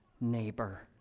neighbor